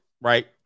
Right